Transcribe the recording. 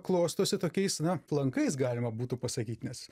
klostosi tokiais na aplankais galima būtų pasakyt nes